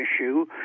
issue